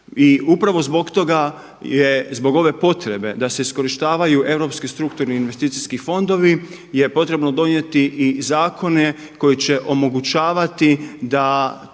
I upravo zbog ove potrebe da se iskorištavaju europski strukturni investicijski fondovi je potrebno donijeti i zakone koji će omogućavati da to